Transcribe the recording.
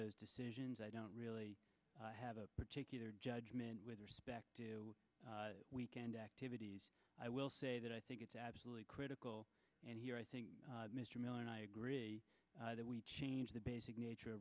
those decisions i don't really have a particular judgment with respect to weekend activities i will say that i think it's absolutely critical and here i think mr miller and i agree that we change the basic nature